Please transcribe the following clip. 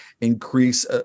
increase –